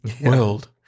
world